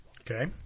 Okay